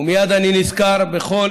ומייד אני נזכר בכל